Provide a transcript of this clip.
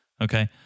Okay